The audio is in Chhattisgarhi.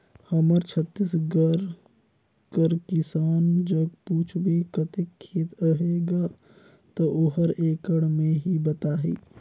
हमर छत्तीसगढ़ कर किसान जग पूछबे कतेक खेत अहे गा, ता ओहर एकड़ में ही बताही